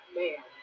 man